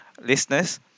listeners